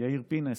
יאיר פינס,